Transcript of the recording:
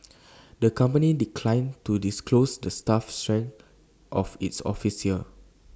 the company declined to disclose the staff strength of its office here